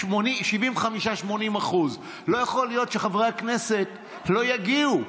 ב-75% 80%. לא יכול להיות שחברי הכנסת לא יגיעו.